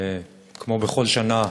כמו בכל שנה,